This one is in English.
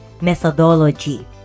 methodology